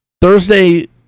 Thursday